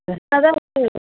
ஃப்ரெஷ்ஷாக தான் இருக்கு